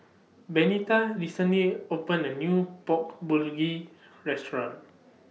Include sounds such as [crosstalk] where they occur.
Benita recently opened A New Pork Bulgogi Restaurant [noise]